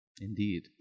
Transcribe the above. Indeed